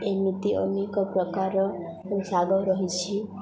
ଏମିତି ଅନେକ ପ୍ରକାର ଶାଗ ରହିଛି